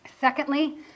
Secondly